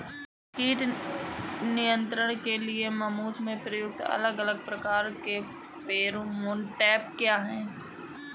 कीट नियंत्रण के लिए मसूर में प्रयुक्त अलग अलग प्रकार के फेरोमोन ट्रैप क्या है?